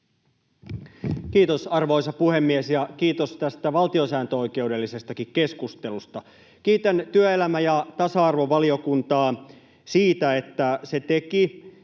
Kiitos, arvoisa puhemies! Ja kiitos tästä valtiosääntöoikeudellisestakin keskustelusta. Kiitän työelämä- ja tasa-arvovaliokuntaa siitä, että se teki